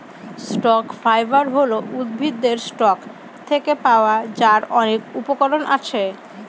stock fibre হল উদ্ভিদের stalk থেকে পাওয়া যার অনেক উপকরণ আছে